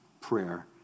prayer